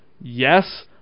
yes